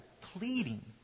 pleading